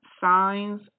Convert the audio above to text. Signs